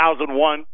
2001